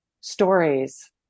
stories